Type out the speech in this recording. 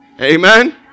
Amen